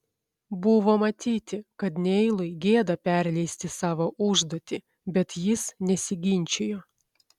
buvo matyti kad neilui gėda perleisti savo užduotį bet jis nesiginčijo